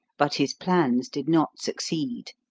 but his plans did not succeed.